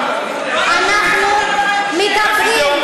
את לא יכולה להתעלם מזה.